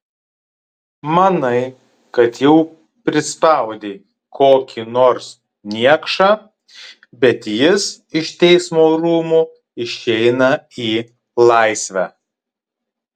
manai kad jau prispaudei kokį nors niekšą bet jis iš teismo rūmų išeina į laisvę